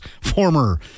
former